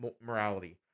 morality